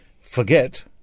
Forget